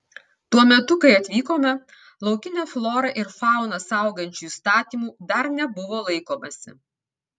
tuo metu kai atvykome laukinę florą ir fauną saugančių įstatymų dar nebuvo laikomasi